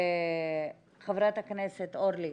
חברת הכנסת אורלי,